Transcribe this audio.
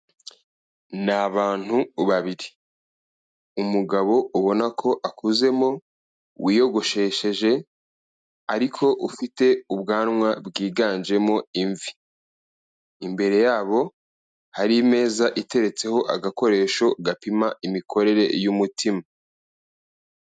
Ni abantu babiri, umugabo ubona ko akuzemo wiyogoshesheje ariko ufite ubwanwa bwiganjemo imvi, imbere yabo hari imeza iteretseho agakoresho gapima imikorere y'umutima.